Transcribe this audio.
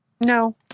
No